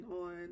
on